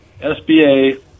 SBA